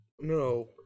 No